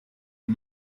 and